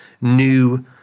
new